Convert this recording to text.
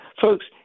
Folks